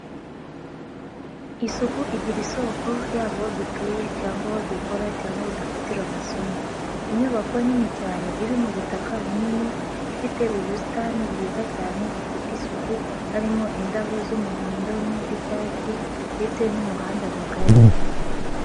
Isuku igira isoko yaba aho dutuye cyangwa aho dukora cyangwa aho dufatira amasomo, inyubako nini cyane iri mu butaka bunini ifite ubusitani bwiza cyane bufite isuku, harimo indabo z'umuhondo n'iz'icyatsi ndetse n'umuhanda mugari.